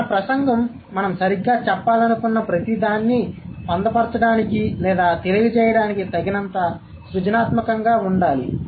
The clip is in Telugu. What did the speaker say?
మన ప్రసంగం మనం సరిగ్గా చెప్పాలనుకున్న ప్రతిదాన్ని పొందుపరచడానికి లేదా తెలియజేయడానికి తగినంత సృజనాత్మకంగా ఉండాలి